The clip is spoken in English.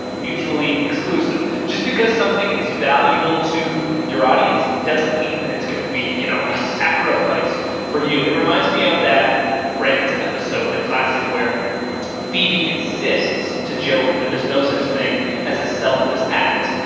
mutually exclusive. just because something is valuable to your audience doesn't mean that it's gonna be, you know, a sacrifice for you. it reminds me of that friends episode, the classic where phoebe insists to joey that there's no such thing as a selfless act.